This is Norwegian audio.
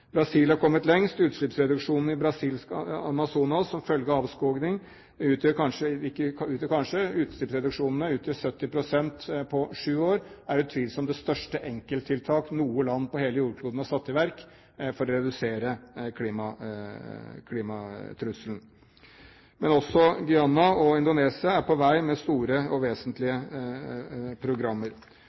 Brasil, Indonesia og Guyana. Brasil har kommet lengst. Utslippsreduksjonene i brasiliansk Amazonas som følge av avskoging utgjør kanskje 70 pst. på sju år og er utvilsomt det største enkelttiltak noe land på hele jordkloden har satt i verk for å redusere klimatrusselen. Men også Guyana og Indonesia er på vei med store og vesentlige programmer.